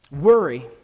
Worry